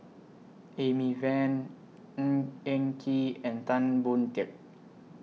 Amy Van Ng Eng Kee and Tan Boon Teik